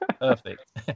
Perfect